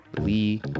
Lee